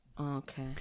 Okay